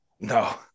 No